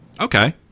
Okay